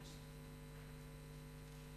בלי נייר